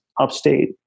upstate